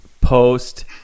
post